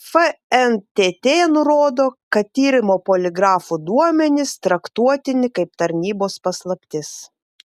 fntt nurodo kad tyrimo poligrafu duomenys traktuotini kaip tarnybos paslaptis